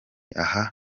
aha